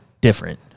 different